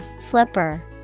Flipper